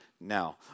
now